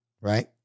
right